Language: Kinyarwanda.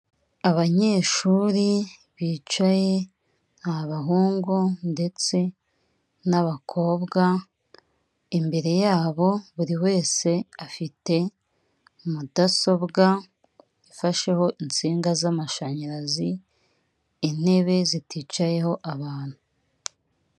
Abanyeshuri bicaye n'abahungu ndetse n'abakobwa, imbere yabo buri wese afite mudasobwa ifasheho insinga z'amashanyarazi, intebe ziticayeho abantu.